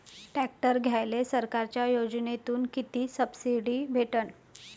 Tractor घ्यायले सरकारच्या योजनेतून किती सबसिडी भेटन?